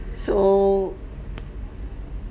so